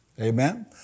Amen